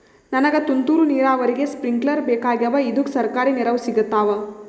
ನನಗ ತುಂತೂರು ನೀರಾವರಿಗೆ ಸ್ಪಿಂಕ್ಲರ ಬೇಕಾಗ್ಯಾವ ಇದುಕ ಸರ್ಕಾರಿ ನೆರವು ಸಿಗತ್ತಾವ?